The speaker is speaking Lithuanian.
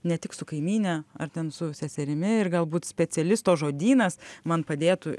ne tik su kaimyne ar ten su seserimi ir galbūt specialisto žodynas man padėtų